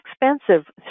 expensive